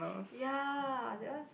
ya that one